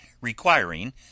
requiring